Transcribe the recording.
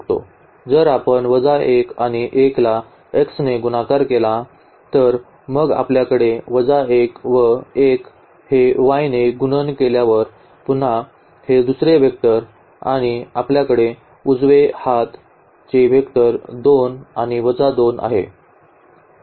जर आपण वजा 1 आणि 1 ला x ने गुणाकार केला तर मग आपल्याकडे वजा 1 व 1 हे y ने गुणन केल्यावर पुन्हा हे दुसरे वेक्टर आणि आपल्याकडे उजवे हात चे वेक्टर 2 आणि वजा 2 आहे